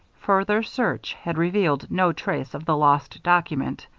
further search had revealed no trace of the lost document.